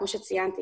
כמו שציינתי,